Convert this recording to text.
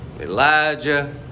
Elijah